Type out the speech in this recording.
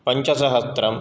पञ्चसहस्रं